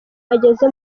ageze